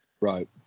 Right